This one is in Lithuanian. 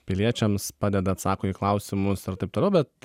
piliečiams padeda atsako į klausimus ir taip toliau bet